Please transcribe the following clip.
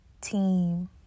team